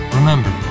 Remember